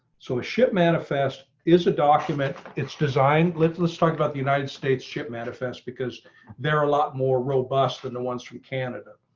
so a ship manifest is a document. it's designed live. let's talk about the united states ship manifest because there are a lot more robust than the ones from canada.